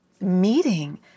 meeting